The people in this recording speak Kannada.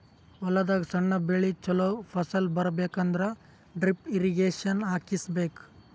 ಹೊಲದಾಗ್ ಸಣ್ಣ ಬೆಳಿ ಚೊಲೋ ಫಸಲ್ ಬರಬೇಕ್ ಅಂದ್ರ ಡ್ರಿಪ್ ಇರ್ರೀಗೇಷನ್ ಹಾಕಿಸ್ಬೇಕ್